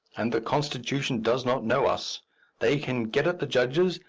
and the constitution does not know us they can get at the judges,